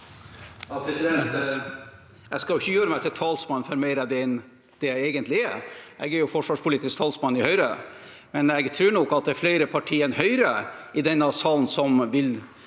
Jeg skal ikke gjøre meg til talsmann for mer enn det jeg egentlig er. Jeg er forsvarspolitisk talsmann i Høyre, men jeg tror nok at det er flere partier enn Høyre i denne salen som vil